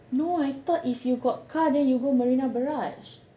no I thought if you got car then you go Marina Barrage